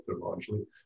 largely